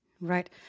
Right